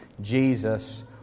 Jesus